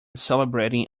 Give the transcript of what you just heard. celebrating